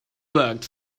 worked